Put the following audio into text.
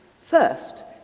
First